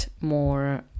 more